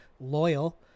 loyal